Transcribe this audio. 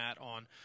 on